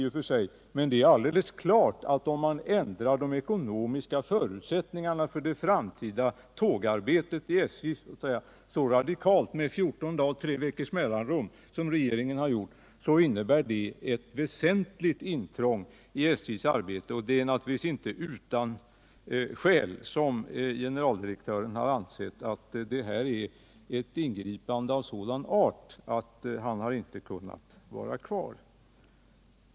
Om man ändrar de ekonomiska förutsättningarna för det framtida tågarbetet i SJ så radikalt som regeringen har gjort, är det alldeles klart att det innebär ett väsentligt intrång i SJ:s arbete, och det är naturligtvis inte utan skäl generaldirektören ansett att det här är ett ingripande av sådan art att han inte kunnat vara kvar.